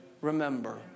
remember